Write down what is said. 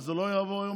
וזה לא יעבור היום,